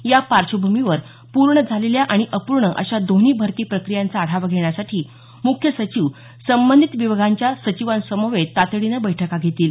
या पार्श्वभूमीवर पूर्ण झालेल्या आणि अपूर्ण अशा दोन्ही भरती प्रक्रियांचा आढावा घेण्यासाठी मुख्य सचिव संबंधित विभागांच्या सचिवांसमवेत तातडीने बैठका घेतील